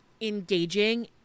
engaging